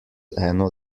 eno